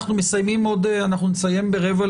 נסיים ב-13:45,